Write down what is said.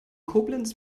koblenz